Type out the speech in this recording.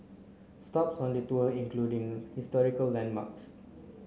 stops on the tour including historical landmarks